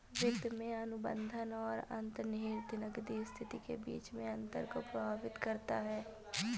वित्त में अनुबंध और अंतर्निहित नकदी स्थिति के बीच के अंतर को प्रभावित करता है